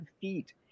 feet